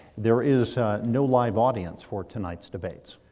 there is no live audience for tonight's debates.